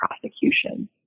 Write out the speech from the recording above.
prosecution